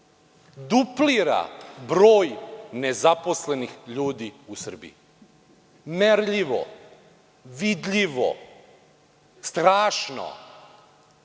duplira broj nezaposlenih ljudi u Srbiji? Merljivo, vidljivo, strašno